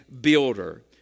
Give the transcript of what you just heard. builder